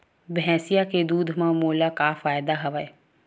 भैंसिया के दूध म मोला का फ़ायदा हवय?